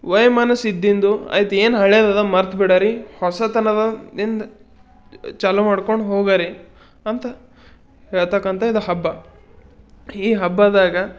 ವೈಮನಸ್ಸು ಇದ್ದಿಂದು ಆಯ್ತು ಏನು ಹಳೆದದ ಮರ್ತು ಬಿಡರೀ ಹೊಸತನದ ಇಂದ ಚಾಲು ಮಾಡ್ಕೊಂಡು ಹೋಗಾರಿ ಅಂತ ಹೇಳತಕ್ಕಂಥ ಇದು ಹಬ್ಬ ಈ ಹಬ್ಬದಾಗ